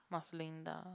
Maslinda